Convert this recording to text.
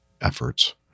efforts